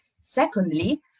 Secondly